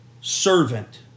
servant